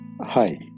Hi